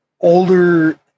older